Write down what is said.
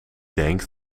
denk